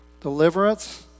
Deliverance